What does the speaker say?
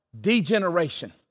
Degeneration